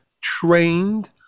trained